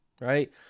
right